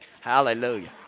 Hallelujah